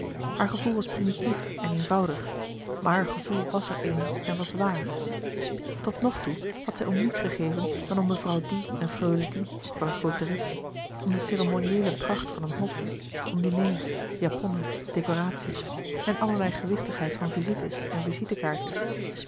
haar gevoel was primitief en eenvoudig maar haar gevoel was er een en was waar tot nog toe had zij om niets gegeven dan om mevrouw die en freule die van het côterietje om de ceremonieele pracht van een hof om diners japonnen decoratie's en allerlei gewichtigheid van visites en visitekaartjes